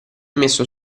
messo